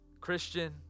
Christian